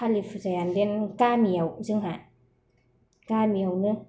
कालि फुजायानदेन गामियाव जोंहा गामियावनो